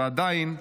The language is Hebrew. ועדיין,